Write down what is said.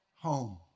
home